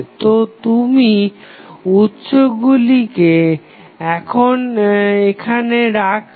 তো তুমি উৎসগুলিকে এখন রাখবে